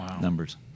numbers